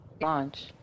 launch